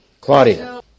Claudia